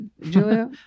Julia